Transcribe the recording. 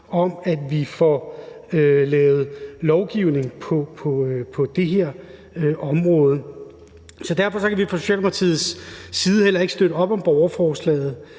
at vi får lavet lovgivning på det her område. Så derfor kan vi fra Socialdemokratiets side heller ikke støtte op om borgerforslaget,